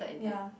ya